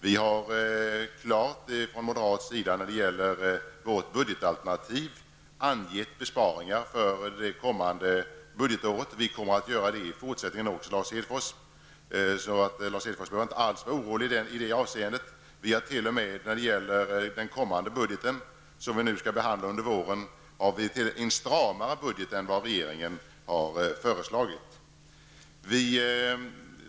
Vi har från moderat sida när det gäller vårt budgetalternativ klart angett besparingar för det kommande budgetåret. Vi kommer också i fortsättningen att göra detta, Lars Hedfors. I detta avseende behöver Lars Hedfors inte alls vara orolig. När det gäller den kommande budget som nu skall behandlas under våren föreslår vi t.o.m. en stramare budget än vad regeringen har föreslagit.